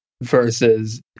versus